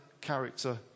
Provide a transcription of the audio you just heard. character